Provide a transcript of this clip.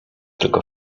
tylko